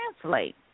translate